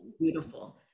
beautiful